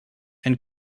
and